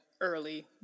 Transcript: early